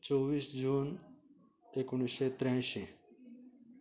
चोवीस जून एकोणशें त्र्यायंशी